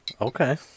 Okay